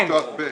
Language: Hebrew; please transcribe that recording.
כן, תמשיכי.